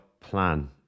plan